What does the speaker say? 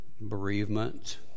Bereavement